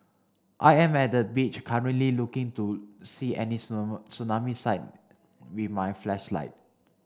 I am at the beach currently looking to see any tsunami sign with my flashlight